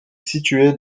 situé